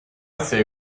say